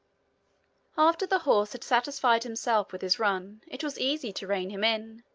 after the horse had satisfied himself with his run it was easy to rein him in,